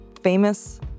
famous